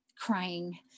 crying